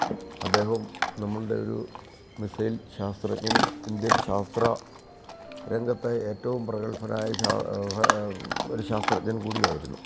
അദ്ദേഹവും നമ്മളുടെ ഒരു മിസൈൽ ശാസ്ത്രജ്ഞനും ഇൻഡ്യൻ ശാസ്ത്ര രംഗത്തെ ഏറ്റവും പ്രഗൽഭനായ ഒരു ശാസ്ത്രജ്ഞൻ കൂടിയായിരുന്നു